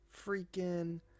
freaking